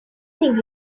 think